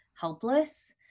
helpless